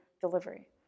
delivery